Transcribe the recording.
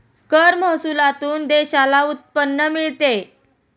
कर महसुलातून देशाला उत्पन्न मिळते